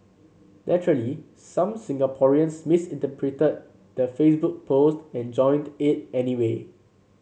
naturally some Singaporeans the Facebook post and joined it anyway